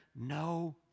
no